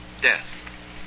death